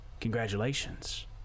Congratulations